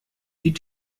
die